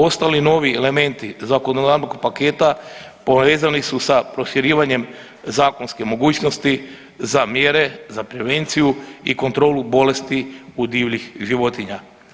Ostali novi elementi zakonodavnog paketa povezani su sa proširivanjem zakonske mogućnosti za mjere, za prevenciju i kontrolu bolesti u divljih životinja.